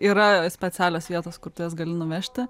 yra specialios vietos kur tu juos gali nuvežti